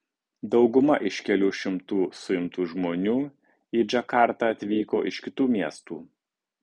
dauguma iš kelių šimtų suimtų žmonių į džakartą atvyko iš kitų miestų